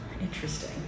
Interesting